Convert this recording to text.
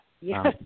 Yes